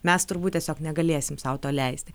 mes turbūt tiesiog negalėsim sau to leisti